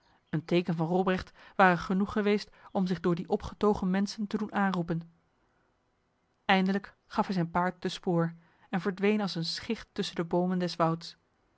droomden een teken van robrecht ware genoeg geweest om zich door die opgetogen mensen te doen aanroepen eindelijk gaf hij zijn paard de spoor en verdween als een schicht tussen de bomen des wouds